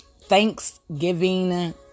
Thanksgiving